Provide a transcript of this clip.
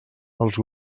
els